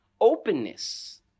openness